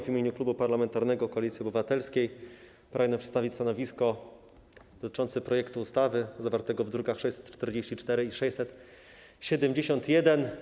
W imieniu Klubu Parlamentarnego Koalicja Obywatelska pragnę przedstawić stanowisko klubu dotyczące projektu ustawy zawartego w drukach nr 644 i 671.